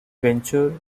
venture